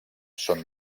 són